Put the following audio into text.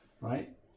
right